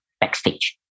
backstage